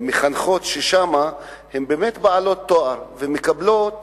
המחנכות הן באמת בעלות תואר ומקבלות